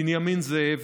בנימין זאב: